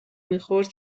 میخورد